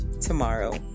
tomorrow